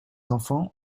enfants